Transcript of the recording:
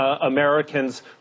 Americans